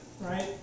right